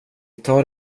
tar